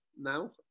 now